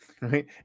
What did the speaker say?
right